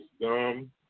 dumb